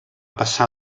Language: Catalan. passar